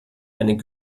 einen